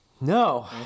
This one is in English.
No